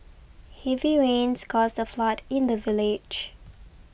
heavy rains caused a flood in the village